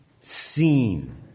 seen